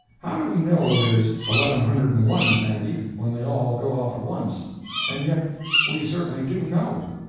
how do we know there's eleven hundred and one, sandy, when they all go off at once and yet we certainly do know.